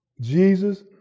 Jesus